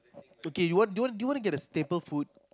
okay you want do you want do you want to get a stable food